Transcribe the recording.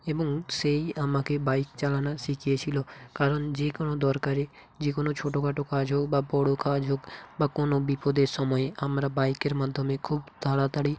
এবং সেই আমাকে বাইক চালানো শিখিয়েছিলো কারণ যে কোনো দরকারে যে কোনো ছোটো খাটো কাজ হোক বা বড়ো কাজ হোক বা কোনো বিপদের সময় আমরা বাইকের মাধ্যমে খুব তাড়াতাড়ি